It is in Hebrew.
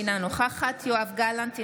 אינה נוכחת יואב גלנט,